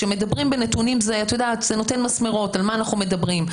כשמדברים בנתונים זה נותן מסמרות על מה אנחנו מדברים,